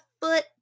foot